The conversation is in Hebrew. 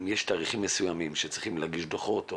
ויש תאריכים שצריך להגיש דו"חות,